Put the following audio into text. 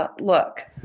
look